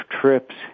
trips